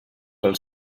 pel